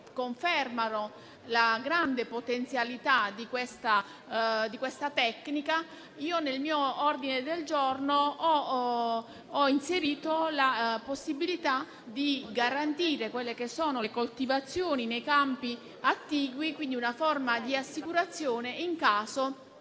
confermano la grande potenzialità di questa tecnica. Nell'ordine del giorno in esame ho inserito la possibilità di garantire le coltivazioni nei campi attigui, con una forma di assicurazione in caso